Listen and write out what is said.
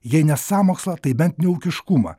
jei ne sąmokslą tai bent neūkiškumą